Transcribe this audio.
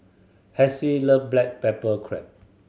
Hassie love black pepper crab